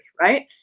Right